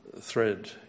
thread